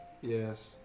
Yes